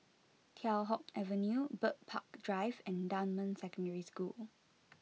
Teow Hock Avenue Bird Park Drive and Dunman Secondary School